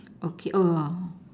okay hold on